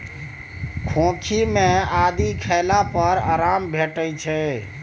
खोंखी मे आदि खेला पर आराम भेटै छै